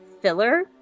filler